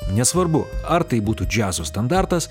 nesvarbu ar tai būtų džiazo standartas